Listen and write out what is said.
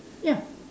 ya